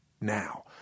now